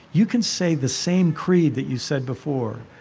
you can say the same creed that you said before,